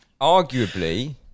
Arguably